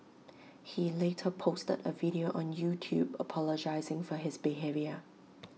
he later posted A video on YouTube apologising for his behaviour